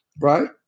Right